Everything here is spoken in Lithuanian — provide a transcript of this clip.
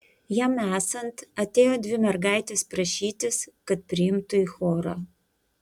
jam esant atėjo dvi mergaitės prašytis kad priimtų į chorą